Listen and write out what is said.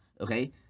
okay